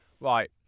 right